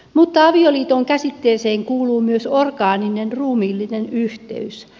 mutta avioliiton käsitteeseen kuuluu myös orgaaninen ruumiillinen yhteys